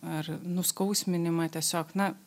ar nuskausminimą tiesiog na